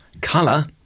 colour